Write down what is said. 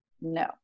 No